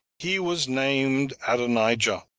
he was named adonijah,